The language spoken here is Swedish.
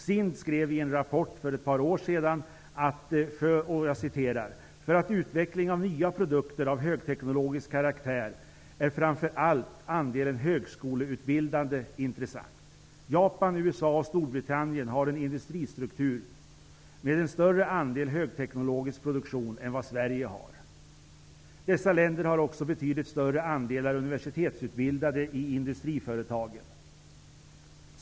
SIND skrev i en rapport för ett par år sedan följande: För utveckling av nya produkter av högteknologisk karaktär är framför allt andelen högskoleutbildade intressant. Japan, USA och Storbritannien har en industristruktur med en större andel högteknologisk produktion än vad Sverige har. Dessa länder har också betydligt större andelar universitetsutbildade i industriföretagen.